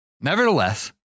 Nevertheless